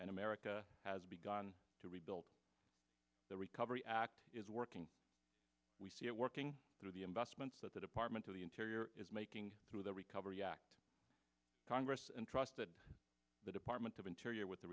and america has begun to rebuild the recovery act is working we see it working through the investments that the department of the interior is making through the recovery act congress and trust that the department of interior with the